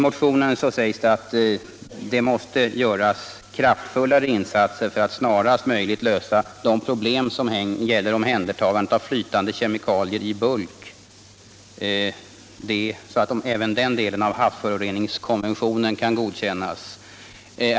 Motionärerna säger att det måste göras kraftfullare insatser för att snarast möjligt lösa de problem som gäller omhändertagandet av flytande kemikalier i bulk, så att även den delen av havsföroreningskonventionen kan godkännas.